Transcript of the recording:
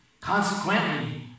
Consequently